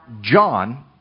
John